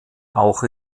auch